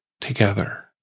together